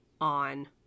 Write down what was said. on